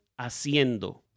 haciendo